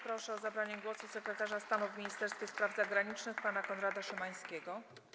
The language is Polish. Proszę o zabranie głosu sekretarza stanu w Ministerstwie Spraw Zagranicznych pana Konrada Szymańskiego.